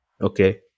Okay